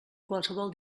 qualsevol